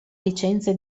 licenze